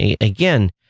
Again